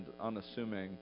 unassuming